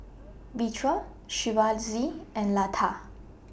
Vedre Shivaji and Lata